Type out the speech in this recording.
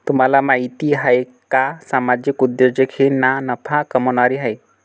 तुम्हाला माहिती आहे का सामाजिक उद्योजक हे ना नफा कमावणारे आहेत